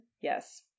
Yes